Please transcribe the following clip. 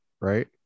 right